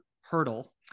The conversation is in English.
hurdle